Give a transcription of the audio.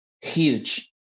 huge